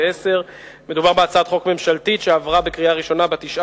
התש"ע 2010. מדובר בהצעת חוק ממשלתית שעברה בקריאה ראשונה ב-19